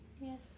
Yes